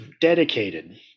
dedicated